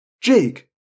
Jake